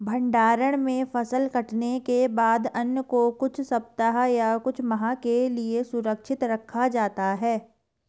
भण्डारण में फसल कटने के बाद अन्न को कुछ सप्ताह या कुछ माह के लिये सुरक्षित रखा जाता है